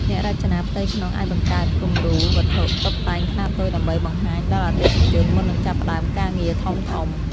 អ្នករចនាផ្ទៃក្នុងអាចបង្កើតគំរូវត្ថុតុបតែងខ្នាតតូចដើម្បីបង្ហាញដល់អតិថិជនមុននឹងចាប់ផ្តើមការងារធំៗ។